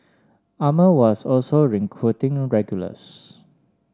armour was also recruiting regulars